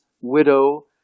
widow